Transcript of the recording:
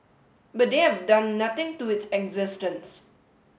but they have done nothing to its existence